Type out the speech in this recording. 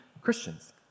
Christians